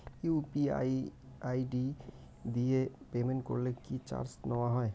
UPI ID দিয়ে payment করলে কি চার্জ নেয়া হয়?